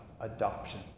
adoption